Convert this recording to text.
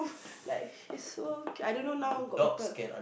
like he so cute I don't know now got people